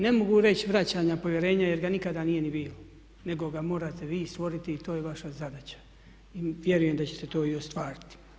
Ne mogu reći vraćanja povjerenja jer ga nikada nije ni bilo nego ga morate vi stvoriti i to je vaša zadaća i vjerujem da ćete to i ostvariti.